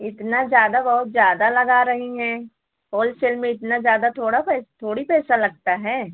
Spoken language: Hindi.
इतना ज़्यादा बहुत ज़्यादा लगा रही हैं होलसेल में इतना ज़्यादा थोड़ा थोड़ी पैसा लगता है